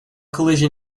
collision